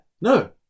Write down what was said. no